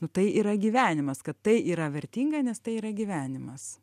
nu tai yra gyvenimas kad tai yra vertinga nes tai yra gyvenimas